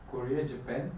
korea japan